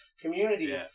community